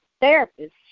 therapist